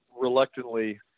reluctantly